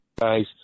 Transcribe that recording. guys